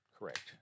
Correct